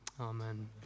amen